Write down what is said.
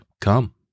Come